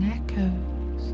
echoes